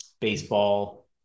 baseball